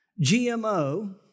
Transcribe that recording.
GMO